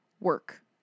work